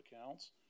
accounts